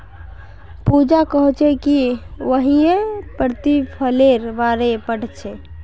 पूजा कोहछे कि वहियं प्रतिफलेर बारे पढ़ छे